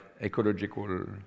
ecological